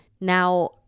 Now